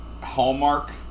Hallmark